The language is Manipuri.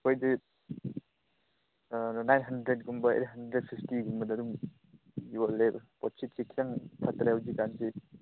ꯑꯩꯈꯣꯏꯗꯤ ꯅꯥꯏꯟ ꯍꯟꯗ꯭ꯔꯦꯗ ꯀꯨꯝꯕ ꯑꯩꯠ ꯍꯟꯗ꯭ꯔꯦꯗ ꯐꯤꯐꯇꯤꯒꯨꯝꯕꯗ ꯑꯗꯨꯝ ꯌꯣꯜꯂꯦ ꯄꯣꯠꯁꯤꯠꯇꯤ ꯈꯤꯇꯪ ꯐꯠꯇꯔꯦ ꯍꯧꯖꯤꯛ ꯀꯥꯟꯁꯤ